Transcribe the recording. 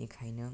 बेखायनो